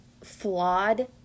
flawed